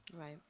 Right